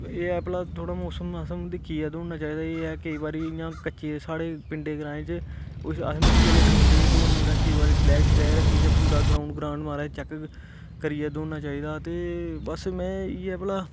एह् ऐ भला थोह्ड़ा मौसम मासम दिक्खियै दौड़ना चाहिदा एह् ऐ केईं बारी भाई इ'यां कच्चे साढ़े पिंडें ग्राएं च कुछ अस मिट्टी आह्ले ग्राउंडें च दौड़नें तां केईं बारी तलैह्ट शलैह्ट पूरा ग्राउंड ग्रांड म्हाराज चैक्क करियै दौड़ना चाहिदा ते बस में इ'यै भला